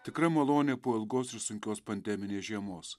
tikra malonė po ilgos ir sunkios pandeminės žiemos